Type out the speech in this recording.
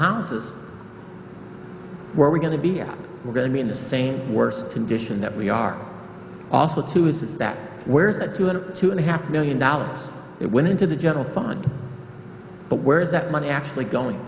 houses we're going to be out we're going to be in the same worse condition that we are also to is that where it's at two hundred two and a half million dollars it went into the general fund but where is that money actually going